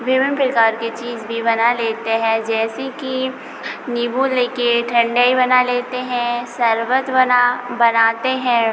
विभिन्न प्रकार की चीज़ भी बना लेते हैं जैसे कि नीबू लेकर ठंडाई बना लेते हैं शरबत बना बनाते हैं